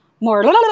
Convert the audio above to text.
more